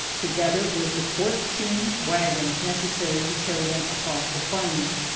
together with the fourteen wagons necessary to carry them across the plains.